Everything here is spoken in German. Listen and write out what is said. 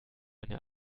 eine